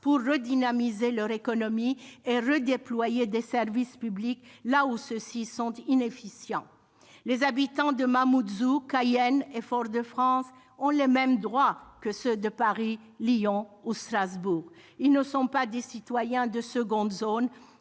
pour redynamiser leur économie et redéployer des services publics là où ils sont inefficients. Les habitants de Mamoudzou, Cayenne et Fort-de-France ont les mêmes droits que ceux de Paris, Lyon ou Strasbourg ! Ils ne sont pas des citoyens de seconde zone.